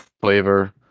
flavor